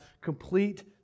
complete